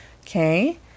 Okay